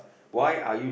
why are you